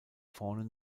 vorne